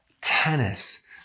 tennis